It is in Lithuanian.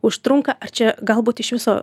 užtrunka ar čia galbūt iš viso